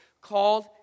called